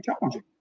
challenging